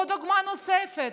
או דוגמה נוספת.